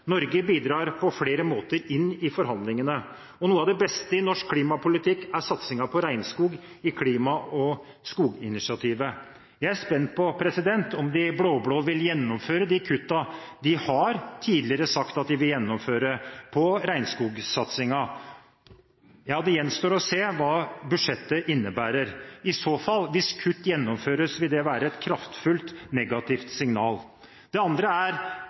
Norge bidrar på flere måter i forhandlingene, og noe av det beste i norsk klimapolitikk er satsingen på regnskog i klima- og skoginitiativet. Jeg er spent på om de blå-blå vil gjennomføre de kuttene de tidligere har sagt at de vil gjennomføre i regnskogsatsingen. Det gjenstår å se hva budsjettet innebærer. Hvis kutt gjennomføres, vil det i så fall være et kraftfullt negativt signal. Det andre er